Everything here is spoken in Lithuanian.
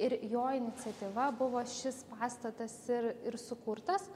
ir jo iniciatyva buvo šis pastatas ir ir sukurtas